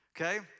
okay